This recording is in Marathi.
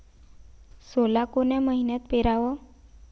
सोला कोन्या मइन्यात पेराव?